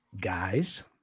guys